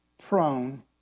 prone